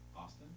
Austin